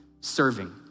serving